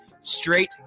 straight